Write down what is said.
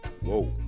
Whoa